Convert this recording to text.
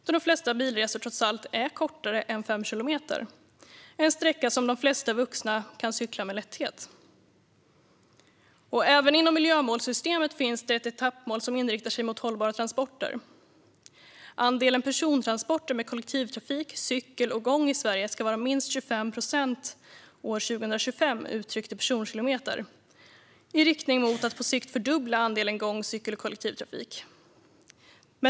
De flesta bilresor är trots allt kortare än fem kilometer - en sträcka som de flesta vuxna kan cykla med lätthet. Även inom miljömålssystemet finns ett etappmål som inriktar sig på hållbara transporter: "Andelen persontransporter med kollektivtrafik, cykel och gång i Sverige ska vara minst 25 procent år 2025, uttryckt i personkilometer, i riktning mot att på sikt fördubbla andelen för gång-, cykel och kollektivtrafik."